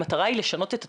המטרה היא לשנות את התפיסה,